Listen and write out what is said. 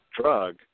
drug